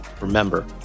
Remember